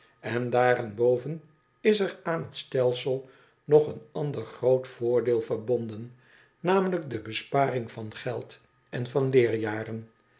en daarenboven is er aan het stelsel nog een ander groot voordeel verbonden namelijk de besparing van geld en van